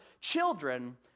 children